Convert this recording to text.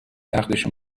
عقدشون